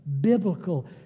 biblical